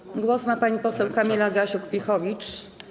Głos ma pani poseł Kamila Gasiuk-Pihowicz.